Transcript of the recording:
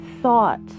thought